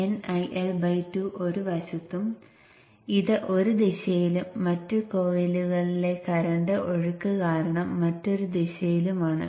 രണ്ടും വിപരീത മാഗ്നെറ്റിക് സെൻസാണ്